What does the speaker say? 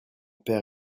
père